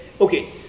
Okay